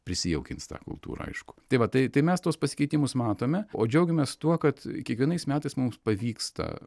prisijaukins tą kultūrą aišku tai va tai tai mes tuos pasikeitimus matome o džiaugiamės tuo kad kiekvienais metais mums pavyksta